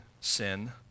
sin